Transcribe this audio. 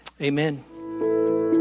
amen